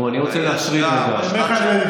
אני אומר לך את זה,